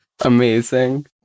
amazing